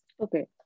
Okay